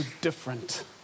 different